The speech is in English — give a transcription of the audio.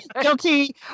guilty